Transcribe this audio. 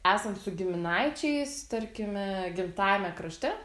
esant su giminaičiais tarkime gimtajame krašte